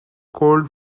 cold